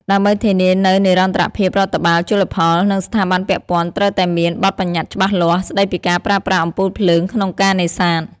ដើម្បីធានានូវនិរន្តរភាពរដ្ឋបាលជលផល និងស្ថាប័នពាក់ព័ន្ធត្រូវតែមាន បទប្បញ្ញត្តិច្បាស់លាស់ ស្តីពីការប្រើប្រាស់អំពូលភ្លើងក្នុងការនេសាទ។